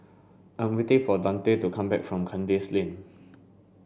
I am waiting for Dante to come back from Kandis Lane